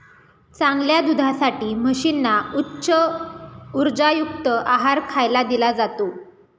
चांगल्या दुधासाठी म्हशींना उच्च उर्जायुक्त आहार खायला दिला जातो